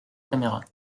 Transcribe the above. caméras